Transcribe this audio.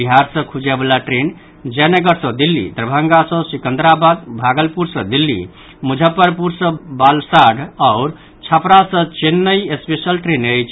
बिहार सँ खुजयवला ट्रेन जयनगर सँ दिल्ली दरभंगा सँ सिकंदराबाद भागलपुर सँ दिल्ली मुजफ्फरपुर सँ बलसाढ़ आओर छपरा सँ चेन्नई स्पेशल ट्रेन अछि